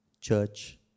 church